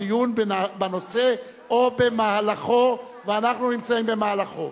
הדיון בנושא או במהלכו" ואנחנו נמצאים במהלכו.